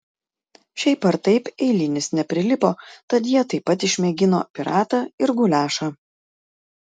šiaip ar taip eilinis neprilipo tad jie taip pat išmėgino piratą ir guliašą